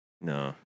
No